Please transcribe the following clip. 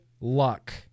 luck